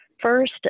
First